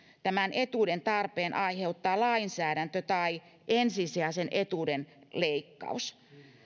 tämän etuuden tarpeen aiheuttaa lainsäädäntö tai ensisijaisen etuuden leikkaus